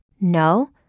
No